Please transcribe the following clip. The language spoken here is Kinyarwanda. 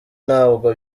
ntabwo